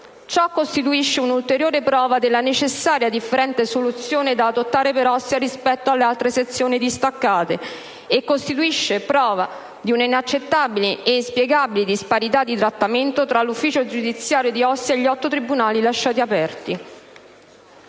Ciò costituisce un'ulteriore prova della necessaria differente soluzione da adottare per Ostia rispetto alle altre sezioni distaccate e costituisce prova di un'inaccettabile ed inspiegabile disparità di trattamento tra l'ufficio giudiziario di Ostia e gli otto tribunali lasciati aperti.